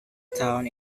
town